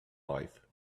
life